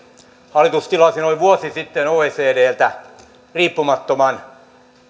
hallitus tilasi noin vuosi sitten oecdltä riippumattoman